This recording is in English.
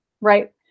right